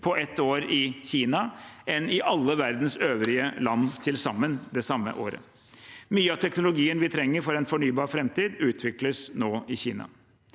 på ett år i Kina enn i alle verdens øvrige land til sammen det samme året. Mye av teknologien vi trenger for en fornybar framtid, utvikles nå i Kina.